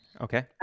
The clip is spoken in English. Okay